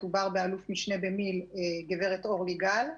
מדובר באלוף-משנה (במיל') אורלי גל.